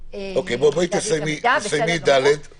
אנשים להביא את המידע הזה.